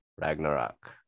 Ragnarok